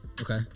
Okay